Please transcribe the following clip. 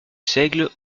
seigle